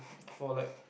for like